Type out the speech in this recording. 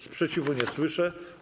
Sprzeciwu nie słyszę.